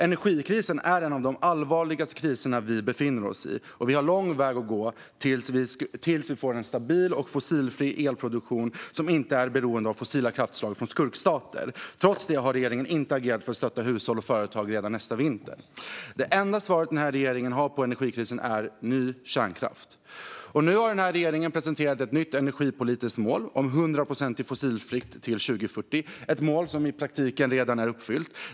Energikrisen är en av de allvarligaste kriser vi befinner oss i, och vi har lång väg att gå tills vi får en stabil och fossilfri elproduktion som inte är beroende av fossila kraftslag från skurkstater. Trots det har regeringen inte agerat för att stötta hushåll och företag redan nästa vinter. Det enda svar den här regeringen har på energikrisen är ny kärnkraft. Nu har regeringen också presenterat ett nytt energipolitiskt mål om 100 procent fossilfritt till 2040, ett mål som i praktiken redan är uppfyllt.